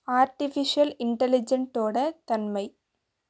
artificial இன்டலிஜெண்ட்டோடய தன்மை